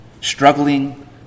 struggling